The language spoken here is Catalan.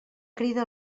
crida